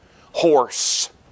horse